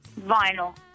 vinyl